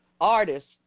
artists